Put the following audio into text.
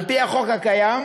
על-פי החוק הקיים,